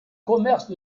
commerce